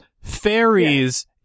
Fairies